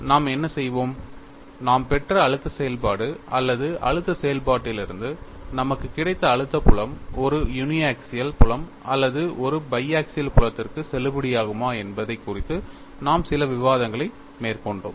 நாம் என்ன செய்வோம் நாம் பெற்ற அழுத்த செயல்பாடு அல்லது அழுத்த செயல்பாட்டிலிருந்து நமக்கு கிடைத்த அழுத்த புலம் ஒரு யூனிஆக்சியல் புலம் அல்லது ஒரு பைஆக்சியல் புலத்திற்கு செல்லுபடியாகுமா என்பது குறித்து நாம் சில விவாதங்களை மேற்கொண்டோம்